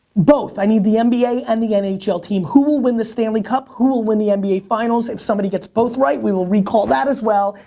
both, i need the nba and the and nhl team. who will win the stanley cup? who will win the and nba finals? if somebody gets both right, we will recall that, as well.